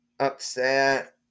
Upset